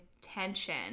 tension